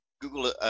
Google